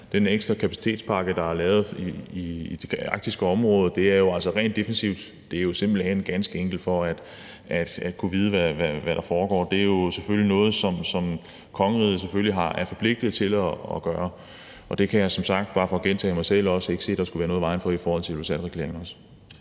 den ekstra kapacitetspakke, der er lavet for det arktiske område, altså er rent defensivt. Det er simpelt hen ganske enkelt for at kunne vide, hvad der foregår. Det er jo selvfølgelig noget, som kongeriget er forpligtet til at gøre, og det kan jeg som sagt, bare for at gentage mig selv, ikke se, at der skulle være noget i vejen for i forhold til Ilulissaterklæringen.